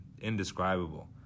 indescribable